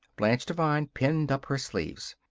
blanche devine pinned up her sleeves.